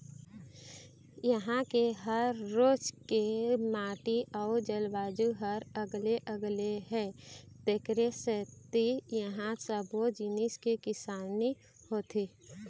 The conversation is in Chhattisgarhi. इहां के हर राज के माटी अउ जलवायु ह अलगे अलगे हे तेखरे सेती इहां सब्बो जिनिस के किसानी होथे